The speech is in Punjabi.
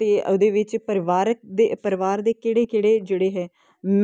ਤੇ ਉਹਦੇ ਵਿੱਚ ਪਰਿਵਾਰਕ ਪਰਿਵਾਰ ਦੇ ਕਿਹੜੇ ਕਿਹੜੇ ਜਿਹੜੇ ਹੈ